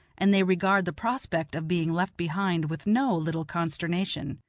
and they regard the prospect of being left behind with no little consternation.